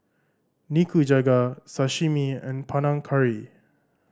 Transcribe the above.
Nikujaga Sashimi and Panang Curry